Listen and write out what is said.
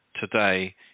today